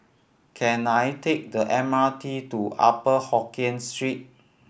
can I take the M R T to Upper Hokkien Street